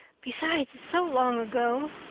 besides, it's so long ago.